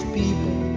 people